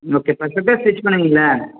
okay பர்ஃபெக்ட்டாக stitch பண்ணுவீங்கள்ல